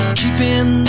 keeping